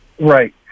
Right